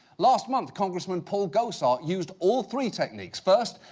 last month, congressman paul gosar used all three techniques. first,